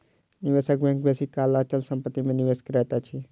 निवेशक बैंक बेसी काल अचल संपत्ति में निवेश करैत अछि